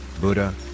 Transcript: Buddha